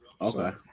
Okay